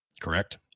correct